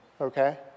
Okay